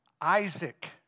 Isaac